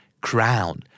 Crown